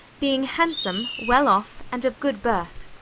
being handsome, well off, and of good birth.